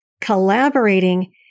collaborating